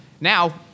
now